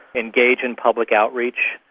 engage in public outreach.